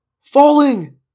Falling